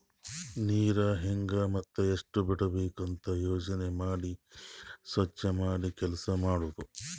ನೀರ್ ಹೆಂಗ್ ಮತ್ತ್ ಎಷ್ಟ್ ಬಿಡಬೇಕ್ ಅಂತ ಯೋಚನೆ ಮಾಡಿ ನೀರ್ ಸ್ವಚ್ ಮಾಡಿ ಕೆಲಸ್ ಮಾಡದು